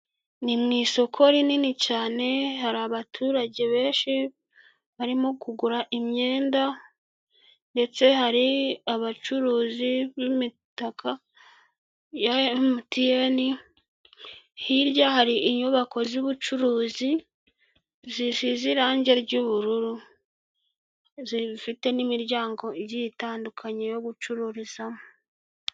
Ni mu isoko rinini cyane, hari abaturage benshi, barimo kugura imyenda ndetse hari abacuruzi b'imitaka ya MTN, hirya hari inyubako z'ubucuruzi, zisize irange ry'ubururu, zifite n'imiryango igiye itandukanye yo gucururizamo.